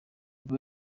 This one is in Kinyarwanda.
boo